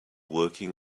working